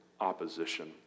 opposition